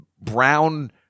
brown